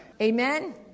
Amen